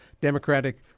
Democratic